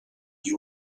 you